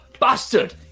Bastard